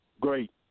Great